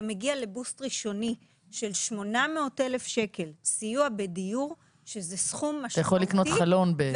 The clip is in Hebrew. אתה מגיע ל-Boost ראשוני של סיוע בדיור על סך 800,000 ₪.